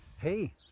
Hey